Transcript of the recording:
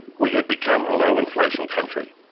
we had become a low inflation country.